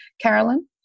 Carolyn